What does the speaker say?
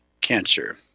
cancer